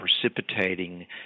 precipitating